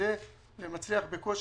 שמדדה ומצליח בקושי.